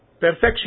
perfection